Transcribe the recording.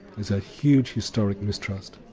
there's a huge historic mistrust.